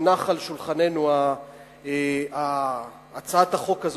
הונחה על שולחננו הצעת החוק הזאת,